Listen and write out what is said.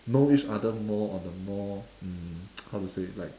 know each other more on a more um how to say like